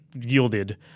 yielded